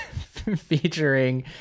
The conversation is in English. featuring